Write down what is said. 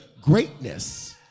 greatness